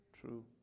true